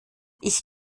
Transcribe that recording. ich